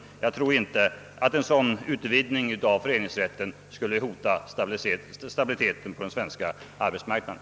Jag tror inte att en sådan utvidgning av föreningsrätten skulle hota stabiliteten på den svenska arbetsmarknaden.